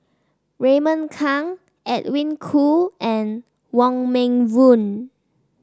Raymond Kang Edwin Koo and Wong Meng Voon